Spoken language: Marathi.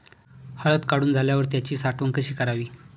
हळद काढून झाल्यावर त्याची साठवण कशी करावी?